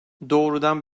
doğrudan